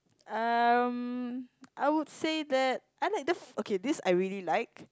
um I would say that I like the f~ okay this I really like